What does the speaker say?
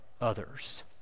others